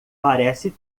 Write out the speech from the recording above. parece